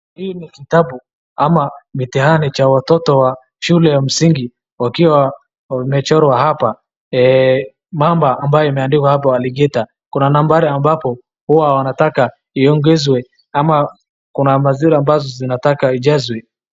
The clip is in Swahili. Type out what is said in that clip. Hii ni kitabu ama mitihani cha watoto wa shule ya msingi, wakiwa wamechorwa hapa mamba ambayo imeandikwa hapo aligeta . Kuna nambari ambapo huwa wanataka iongezwe ama kuna maziro ambazo zinataka ijazwe.